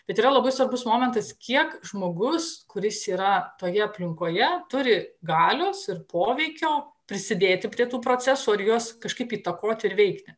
bet yra labai svarbus momentas kiek žmogus kuris yra toje aplinkoje turi galios ir poveikio prisidėti prie tų procesų ir juos kažkaip įtakoti ir veikti